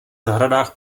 zahradách